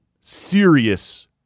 serious